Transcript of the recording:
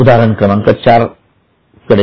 उदाहरण क्रमांक चार कडे जाऊ